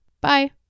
bye